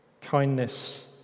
kindness